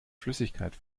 flüssigkeit